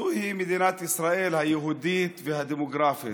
זוהי מדינת ישראל היהודית והדמוגרפית.